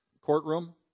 courtroom